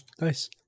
nice